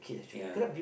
ya